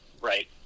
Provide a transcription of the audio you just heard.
right